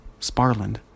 Sparland